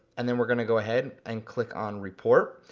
and then we're gonna go ahead and click on report,